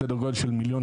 סדר גודל של 1.2 מיליון.